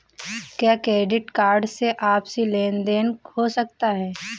क्या credit card से आपसी लेनदेन हो सकता है?